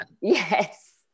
Yes